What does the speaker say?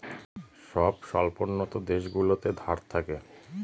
সব স্বল্পোন্নত দেশগুলোতে ধার থাকে